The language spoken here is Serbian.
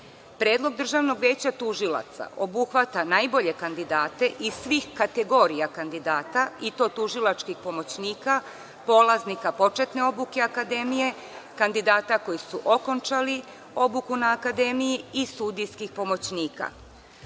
Predlog Državnog veća tužilaca obuhvata najbolje kandidate iz svih kategorija kandidata, i to tužilačkih pomoćnika, polaznika početne obuke Akademije, kandidata koji su okončali obuku na Akademiji i sudijskih pomoćnika. Osim